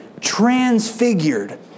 transfigured